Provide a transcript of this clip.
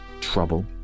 trouble